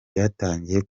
byatangiye